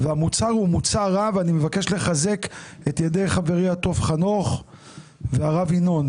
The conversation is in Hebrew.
והמוצר הוא מוצר רע ואני מבקש לחזק את ידי חברי הטוב חנוך והרב ינון.